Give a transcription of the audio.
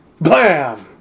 blam